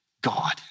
God